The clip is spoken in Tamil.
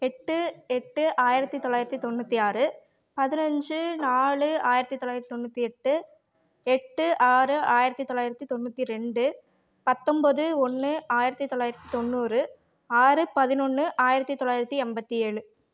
எட்டு எட்டு ஆயிரத்தி தொள்ளாயிரத்தி தொண்ணூற்றி ஆறு பதினஞ்சு நாலு ஆயிரத்தி தொள்ளாயிரத்தி தொண்ணூற்றி எட்டு எட்டு ஆறு ஆயிரத்தி தொள்ளாயிரத்தி தொண்ணூற்றி ரெண்டு பத்தொம்பது ஒன்று ஆயிரத்தி தொள்ளாயிரத்தி தொண்ணூறு ஆறு பதினொன்று ஆயிரத்தி தொள்ளாயிரத்தி எண்பத்தி ஏழு